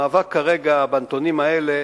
המאבק כרגע, בנתונים האלה,